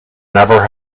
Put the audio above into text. never